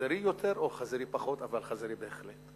חזירי יותר או חזירי פחות, אבל חזירי בהחלט.